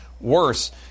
worse